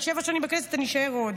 אני שבע שנים בכנסת, אני אישאר עוד.